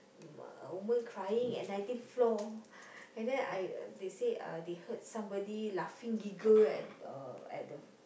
mm a woman crying at nineteenth floor and then I they say uh they heard somebody laughing giggle at uh at the